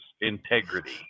integrity